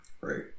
Right